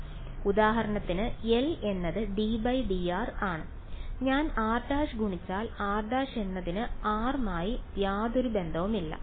അതിനാൽ ഉദാഹരണത്തിന് L എന്നത് ddr ആണ് ഞാൻ r ഗുണിച്ചാൽ r എന്നതിന് r മായി യാതൊരു ബന്ധവുമില്ല